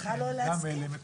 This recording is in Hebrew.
מותר לא להסכים.